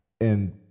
and-